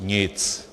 Nic.